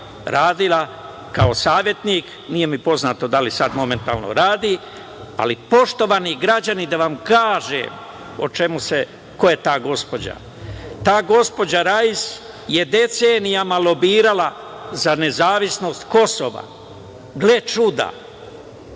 radila je kao savetnik. Nije mi poznato da li sad momentalno radi, ali poštovani građani da vam kažem ko je ta gospođa. Ta gospođa Rais je decenijama lobirala za nezavisnost Kosova, gle čuda,